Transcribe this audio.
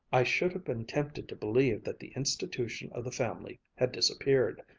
i should have been tempted to believe that the institution of the family had disappeared.